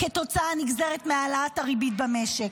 כתוצאה נגזרת מהעלאת הריבית במשק.